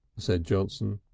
said johnson.